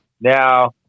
now